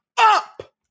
up